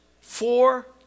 four